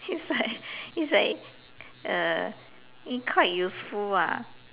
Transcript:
it's like uh it's like quite useful lah